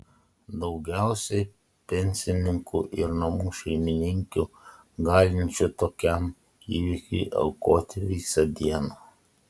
daugiausiai pensininkų ir namų šeimininkių galinčių tokiam įvykiui aukoti visą dieną